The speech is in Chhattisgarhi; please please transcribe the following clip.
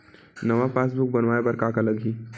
नवा पासबुक बनवाय बर का का लगही?